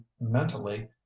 mentally